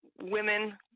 women